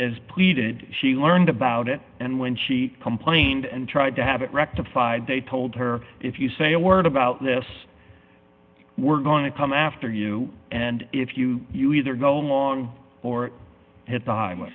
as pleaded she learned about it and when she complained and tried to have it rectified they told her if you say a word about this we're going to come after you and if you you either go along or h